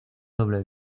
doble